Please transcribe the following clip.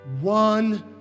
one